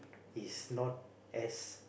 he's not as